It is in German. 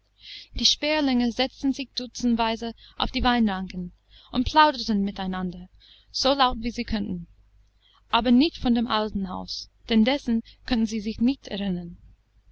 die sperlinge setzten sich dutzendweise auf die weinranken und plauderten mit einander so laut wie sie konnten aber nicht von dem alten hause denn dessen konnten sie sich nicht erinnern